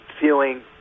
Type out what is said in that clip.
feeling